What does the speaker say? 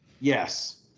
Yes